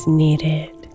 needed